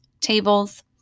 tables